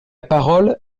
parole